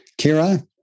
Kira